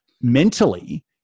mentally